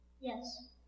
Yes